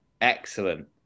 Excellent